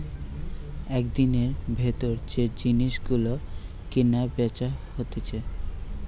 একদিনের ভিতর যে জিনিস গুলো কিনা বেচা হইছে